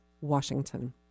Washington